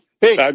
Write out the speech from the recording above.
Hey